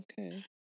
Okay